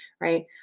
Right